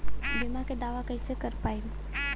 बीमा के दावा कईसे कर पाएम?